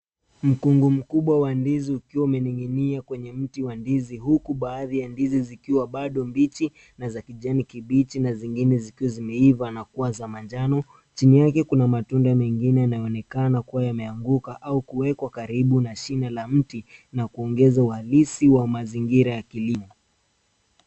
Mkunga mkubwa wa ndizi ukiwa umeninginia kwenye mti wa ndizi huku baadhi ya ndizi zikiwa bado mbichi na za kijani Kibichi na zingine zikiwa zimeiva na kuwa za manjano. Chini yake kuna matunda mengine yanayoonekana kuwa yameaanguka au kuwekwa karibu na shina la mti na kuongeza uhalisi wa mazingira ya kilimo.